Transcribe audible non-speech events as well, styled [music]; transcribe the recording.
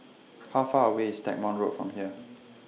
How Far away IS Stagmont Road from here [noise]